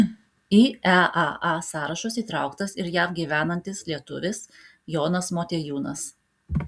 į eaa sąrašus įtrauktas ir jav gyvenantis lietuvis jonas motiejūnas